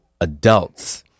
adults